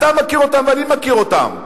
אתה מכיר אותם ואני מכיר אותם,